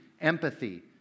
empathy